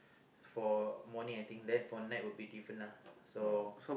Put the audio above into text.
for morning I think then for night it will be different lah